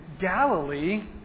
Galilee